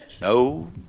No